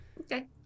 Okay